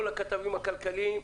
כל הכתבים הכלכליים,